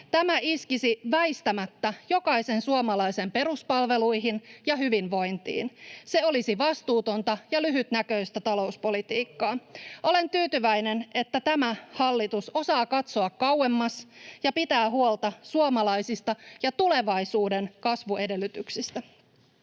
Tämä iskisi väistämättä jokaisen suomalaisen peruspalveluihin ja hyvinvointiin. Se olisi vastuutonta ja lyhytnäköistä talouspolitiikkaa. Olen tyytyväinen, että tämä hallitus osaa katsoa kauemmas ja pitää huolta suomalaisista ja tulevaisuuden kasvuedellytyksistä.